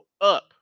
up